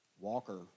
Walker